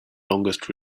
longest